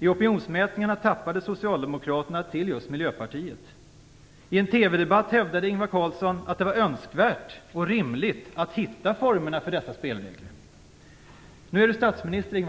I opinionsmätningarna tappade Socialdemokraterna röster till just I en TV-debatt hävdade Ingvar Carlsson att det var önskvärt och rimligt att hitta formerna för dessa spelregler. Nu är Ingvar Carlsson statsminister.